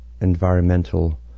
environmental